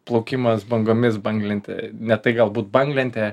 plaukimas bangomis banglente ne tai galbūt banglente